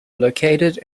located